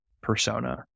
persona